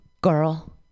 girl